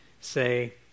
say